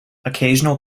occasional